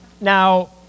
now